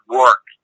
work